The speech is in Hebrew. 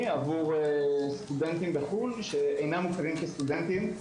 עבור סטודנטים בחו"ל שאינם מוכרים סטודנטים.